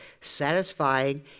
satisfying